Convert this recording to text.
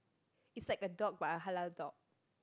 it's like a dog but a halal dog